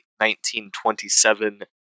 1927